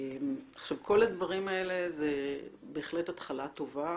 כל הדברים הללו הם התחלה טובה